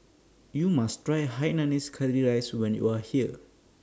YOU must Try Hainanese Curry Rice when YOU Are here